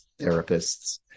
therapists